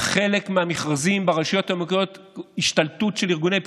בחלק מהמכרזים ברשויות המקומיות יש השתלטות של ארגוני פשיעה.